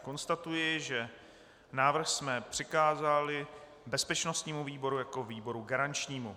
Konstatuji, že návrh jsme přikázali bezpečnostnímu výboru jako garančnímu.